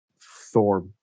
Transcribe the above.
Thor